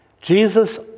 Jesus